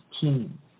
team